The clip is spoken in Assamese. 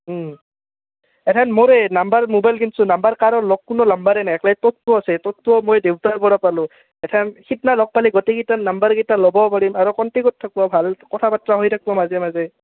এথেন মোৰে নাম্বাৰ মোবাইল নাম্বাৰ কাৰৰ লগ কোনো নাম্বাৰাৰে নাই একালে ত'তটো আছে ততটোও মই দেউতাৰ বৰ পালোঁ এেন সীটনা লগ পালি গোইকেইটটা নাম্বাৰকেইটা ল'ব পাৰিম আৰু কণ্টেক্ত থাকবোৱা ভাল কথা বাতৰা হৈ থাকব মাজে মাজে